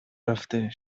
رفته